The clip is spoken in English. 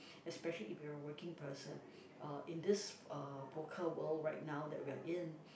especially if you're working person uh in this uh vocal world right now that we are in